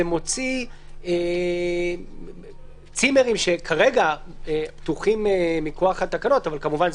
זה מוציא צימרים שכרגע פתוחים מכוח התקנות אבל כמובן,